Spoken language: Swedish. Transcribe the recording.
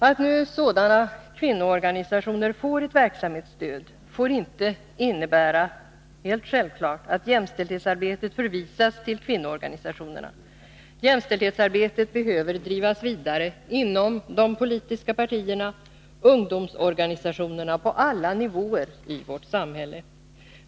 Att nu sådana kvinnoorganisationer får ett verksamhetsstöd får inte innebära — helt självklart — att jämställdhetsarbetet förvisas till kvinnoorganisationerna. Jämställdhetsarbetet behöver drivas vidare inom de politiska partierna och ungdomsorganisationerna och på alla nivåer i vårt samhälle.